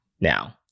Now